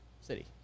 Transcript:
city